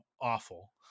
awful